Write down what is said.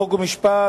חוק ומשפט,